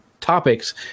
topics